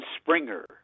Springer